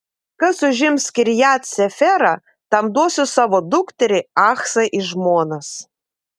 kas užims kirjat seferą tam duosiu savo dukterį achsą į žmonas